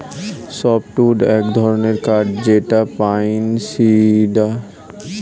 soft wood এক ধরনের কাঠ যেটা পাইন, সিডার আর সপ্রুস গাছে পাওয়া যায়